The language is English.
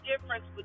difference